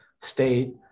State